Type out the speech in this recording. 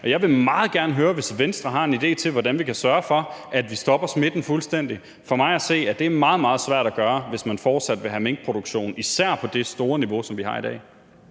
Jeg vil meget gerne høre, hvis Venstre har en idé til, hvordan vi kan sørge for, at vi stopper smitten fuldstændig. For mig at se er det meget, meget svært at gøre, hvis man fortsat vil have minkproduktion, især på det store niveau, som vi har i dag.